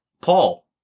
Paul